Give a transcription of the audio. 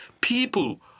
people